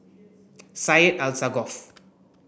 Syed Alsagoff